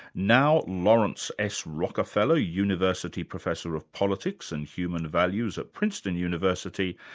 now laurance s. rockefeller university professor of politics and human values at princeton university,